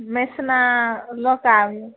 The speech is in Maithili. मेसना लऽ के आबू